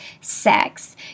sex